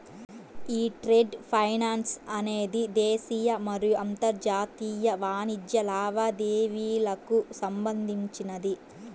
యీ trade finance అనేది దేశీయ మరియు అంతర్జాతీయ వాణిజ్య లావాదేవీలకు సంబంధించినది